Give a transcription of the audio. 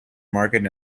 market